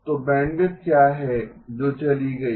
तो बैंडविड्थ क्या है जो चली गयी